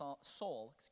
soul